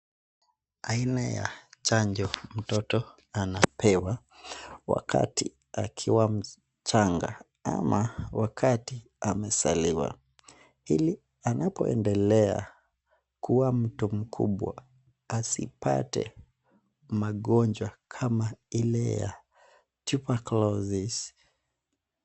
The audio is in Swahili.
Aina ya chanjo mtoto anapewa wakati akiwa mchanga ama wakati amezaliwa ili anapoendelea kuwa mtu mkubwa asipate magonjwa kama ile ya tuberculosis .